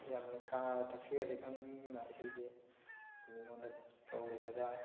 ꯌꯥꯝ ꯀꯥ ꯊꯛꯁꯤ ꯈꯥꯁꯤ ꯈꯪꯅ ꯑꯩꯈꯣꯏꯒꯤ ꯃꯤꯉꯣꯟꯗ ꯇꯧꯔꯣꯏꯗꯕ